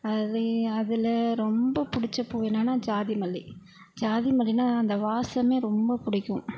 அதை அதில் ரொம்ப பிடிச்ச பூ என்னென்னா ஜாதி மல்லி ஜாதி மல்லின்னா அந்த வாசமே ரொம்ப பிடிக்கும்